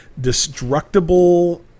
destructible